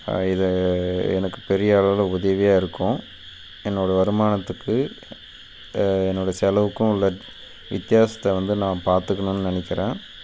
இது எனக்கு பெரிய அளவில் உதவியாக இருக்கும் என்னோடய வருமானத்துக்கு என்னோடய செலவுக்கும் உள்ள வித்தியாசத்தை வந்து நான் பார்த்துக்கணுன்னு நினைக்கிறேன்